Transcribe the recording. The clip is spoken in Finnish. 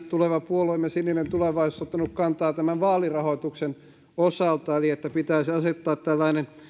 tuleva puolue sininen tulevaisuus on ottanut kantaa tämän vaalirahoituksen osalta niin että pitäisi asettaa tällainen